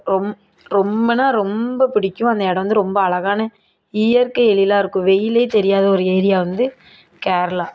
ரொம்ப ரொம்பனா ரொம்ப பிடிக்கும் அந்த இடம் வந்து ரொம்ப அழகான இயற்கை எழிலா இருக்கும் வெயிலே தெரியாத ஒரு ஏரியா வந்து கேரளா